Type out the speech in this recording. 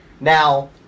Now